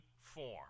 form